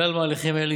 כלל המהלכים האלה,